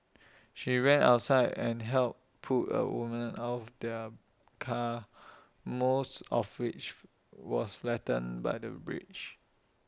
she ran outside and helped pull A woman out of their car most of which was flattened by the bridge